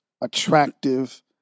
attractive